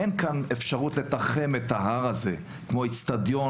אין כאן אפשרות לתחם את ההר הזה כמו אצטדיון,